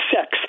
sex